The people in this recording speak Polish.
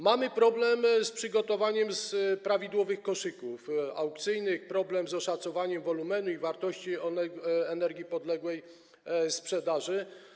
Mamy problem z przygotowaniem prawidłowych koszyków aukcyjnych, problem z oszacowaniem wolumenu i wartości energii podległej sprzedaży.